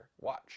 Watch